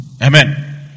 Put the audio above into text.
Amen